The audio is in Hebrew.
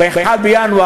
ב-1 בינואר,